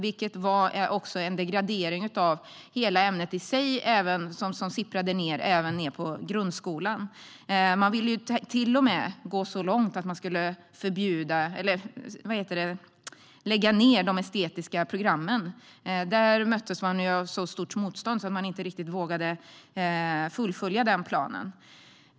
Det var en degradering av hela området i sig som även sipprade ned på grundskolan. Man ville till och med gå så långt som att lägga ned de estetiska programmen. Men då möttes man av så stort motstånd att man inte vågade fullfölja planen.